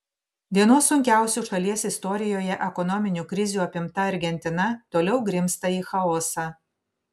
vienos sunkiausių šalies istorijoje ekonominių krizių apimta argentina toliau grimzta į chaosą